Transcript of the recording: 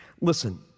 listen